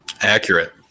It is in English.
accurate